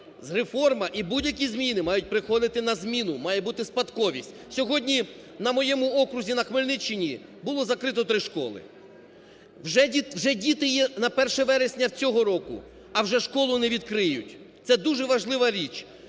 реформа і будь-які зміни мають приходити на зміну, має бути спадковість. Сьогодні на моєму окрузі на Хмельниччині було закрито три школи. Вже діти є на 1 вересня цього року, а вже школу не відкриють. Це дуже важлива річ.